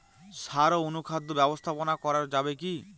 সাড় ও অনুখাদ্য ব্যবস্থাপনা করা যাবে কি?